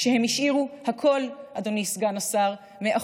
כשהם השאירו הכול מאחור, אדוני סגן השר.